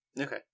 Okay